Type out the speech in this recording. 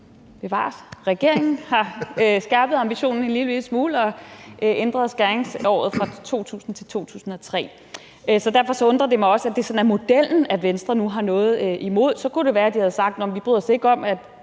selvfølgelig har skærpet ambitionen en lillebitte smule og ændret skæringsåret fra 2000 til 2003. Derfor undrer det mig også, at det sådan er modellen, som Venstre nu har noget imod. Så kunne det være, mand havde sagt, at man ikke bryder sig om,